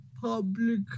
Public